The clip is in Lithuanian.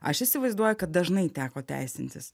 aš įsivaizduoju kad dažnai teko teisintis